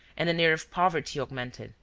and an air of poverty augmented,